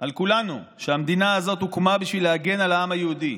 על כולנו הוא שהמדינה הזאת הוקמה בשביל להגן על העם היהודי,